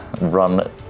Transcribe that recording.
run